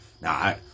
Now